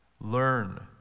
Learn